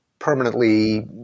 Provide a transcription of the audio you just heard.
permanently